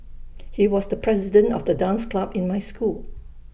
he was the president of the dance club in my school